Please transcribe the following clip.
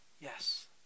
yes